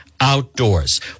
Outdoors